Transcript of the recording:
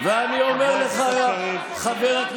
איפה?